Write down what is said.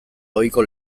ohiko